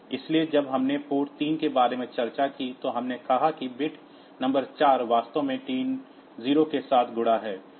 इसलिए जब हमने पोर्ट 3 के बारे में चर्चा की तो हमने कहा कि बिट नंबर 4 वास्तव में T0 के साथ गुणा है